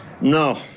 no